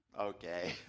Okay